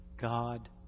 God